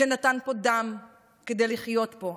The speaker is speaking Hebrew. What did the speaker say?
שנתן פה דם כדי לחיות פה.